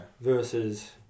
Versus